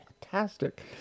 fantastic